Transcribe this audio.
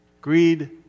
Greed